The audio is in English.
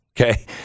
okay